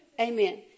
Amen